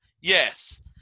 yes